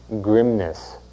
grimness